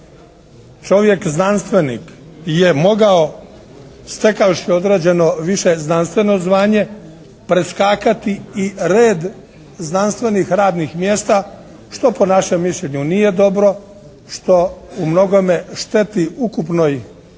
čovjek znanstvenik je mogao stekavši određeno više znanstveno zvanje preskakati i red znanstvenih radnih mjesta što po našem mišljenju nije dobro, što u mnogome šteti ukupnoj